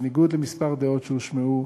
בניגוד לכמה דעות שהושמעו.